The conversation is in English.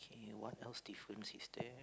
K what else difference is there